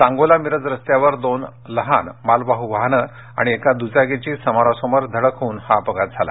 सांगोला मीरज रस्त्यावर दोन लहान मालवाह वाहनं आणि एका दुचाकीची समोरासमोर धडक होऊन हा अपघात झाला